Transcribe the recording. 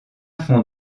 fond